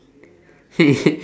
he